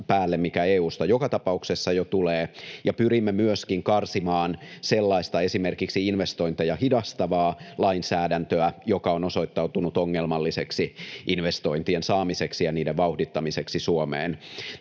mikä EU:sta joka tapauksessa jo tulee, ja pyrimme myöskin karsimaan sellaista esimerkiksi investointeja hidastavaa lainsäädäntöä, joka on osoittautunut ongelmalliseksi investointien saamiseksi ja niiden vauhdittamiseksi Suomeen.